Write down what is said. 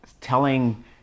telling